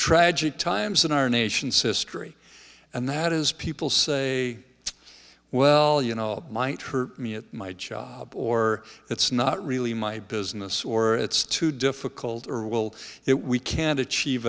tragic times in our nation's history and that is people say well you know might hurt me at my job or it's not really my business or it's too difficult or will it we can't achieve